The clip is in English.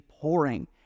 pouring